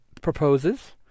proposes